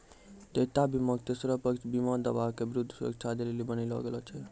देयता बीमा के तेसरो पक्ष बीमा दावा के विरुद्ध सुरक्षा दै लेली बनैलो गेलौ छै